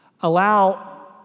allow